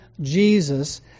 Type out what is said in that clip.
Jesus